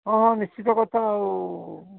ହଁ ହଁ ନିଶ୍ଚିନ୍ତ କଥା ଆଉ